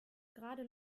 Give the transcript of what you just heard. gerade